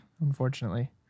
unfortunately